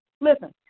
Listen